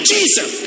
Jesus